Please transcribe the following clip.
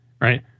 right